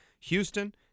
Houston